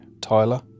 Tyler